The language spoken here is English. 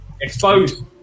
exposed